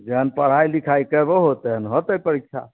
जेहन पढ़ाइ लिखाइ केबो होतनि होतै परीक्षा